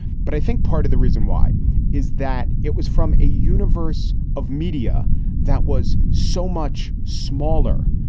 but i think part of the reason why is that it was from a universe of media that was so much smaller,